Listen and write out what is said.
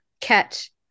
catch